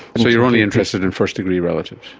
so you're only interested in first-degree relatives?